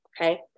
Okay